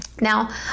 Now